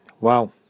Wow